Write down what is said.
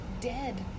dead